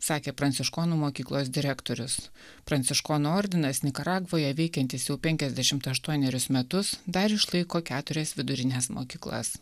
sakė pranciškonų mokyklos direktorius pranciškonų ordinas nikaragvoje veikiantis jau penkiasdešimt aštuonerius metus dar išlaiko keturias vidurines mokyklas